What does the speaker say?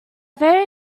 very